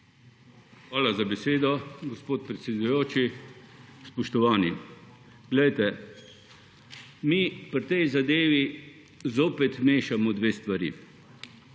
Hvala za besedo, gospod predsedujoči. Spoštovani! Poglejte, mi pri tej zadevi zopet mešamo dve stvari.